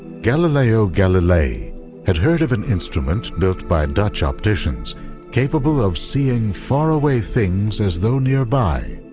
galileo galilei had heard of an instrument built by dutch opticians capable of seeing faraway things as though nearby.